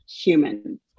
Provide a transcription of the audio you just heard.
human